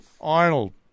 Arnold